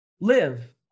live